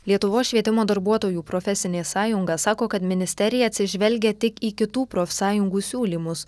lietuvos švietimo darbuotojų profesinė sąjunga sako kad ministerija atsižvelgia tik į kitų profsąjungų siūlymus